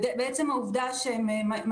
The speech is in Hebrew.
זאת בעצם העובדה שהם הצליחו ליצור,